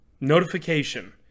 notification